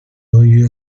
由于